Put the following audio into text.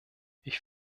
ich